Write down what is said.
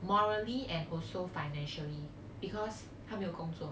morally and also financially because 她没有工作